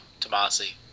Tomasi